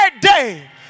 day